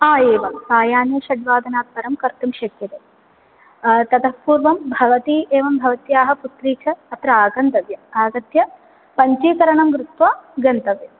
आ एवं सायाह्ने षड्वादनात् परं कर्तुं शक्यते ततः पूर्वं भवती एवं भवत्याः पुत्री च अत्र आगन्तव्यम् आगत्य पञ्चीकरणं कृत्वा गन्तव्यम्